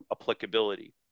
applicability